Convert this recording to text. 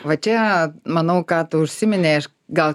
va čia manau ką tu užsiminei aš gal